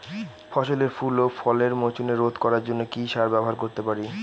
ফসলের ফুল ও ফলের মোচন রোধ করার জন্য কি সার ব্যবহার করতে পারি?